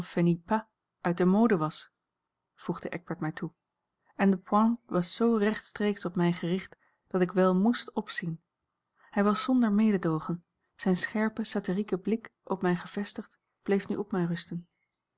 uit de mode was voegde eckbert mij toe en de pointe was zoo rechtstreeks op mij gericht dat ik wel moest opzien hij was a l g bosboom-toussaint langs een omweg zonder mededoogen zijn scherpe satyrieke blik op mij gevestigd bleef nu op mij rusten